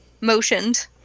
motioned